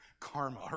Karma